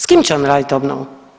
S kim će on raditi obnovu?